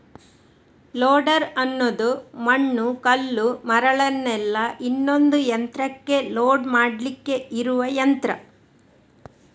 loader ಅನ್ನುದು ಮಣ್ಣು, ಕಲ್ಲು, ಮರಳನ್ನೆಲ್ಲ ಇನ್ನೊಂದು ಯಂತ್ರಕ್ಕೆ ಲೋಡ್ ಮಾಡ್ಲಿಕ್ಕೆ ಇರುವ ಯಂತ್ರ